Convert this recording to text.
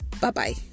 Bye-bye